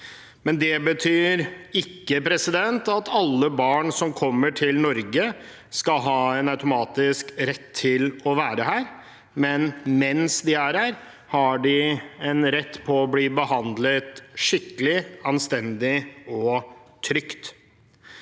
for. Det betyr ikke at alle barn som kommer til Norge, skal ha en automatisk rett til å være her, men mens de er her, har de rett til å bli behandlet skikkelig, anstendig og trygt.